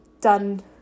done